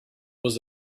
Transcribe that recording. was